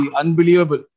unbelievable